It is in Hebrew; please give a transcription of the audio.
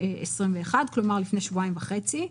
כלומר לפני שבועיים וחצי.